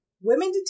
women